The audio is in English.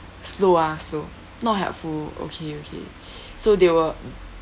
slow ah slow not helpful okay okay so they were